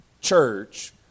church